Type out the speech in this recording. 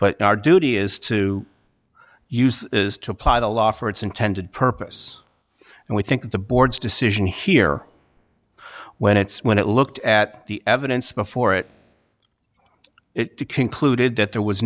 but our duty is to use is to apply the law for its intended purpose and we think the board's decision here when it's when it looked at the evidence before it it to concluded that there was